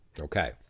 Okay